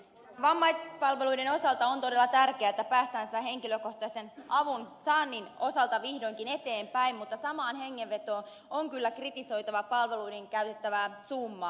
vammaispalveluiden osalta on todella tärkeää että päästään henkilökohtaisen avun saannin osalta vihdoin eteenpäin mutta samaan hengenvetoon on kyllä kritisoitava palveluihin käytettävää summaa